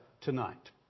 tonight